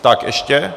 Tak ještě?